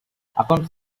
according